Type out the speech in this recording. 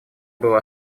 было